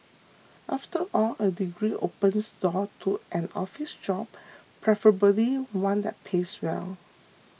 after all a degree opens door to an office job preferably one that pays well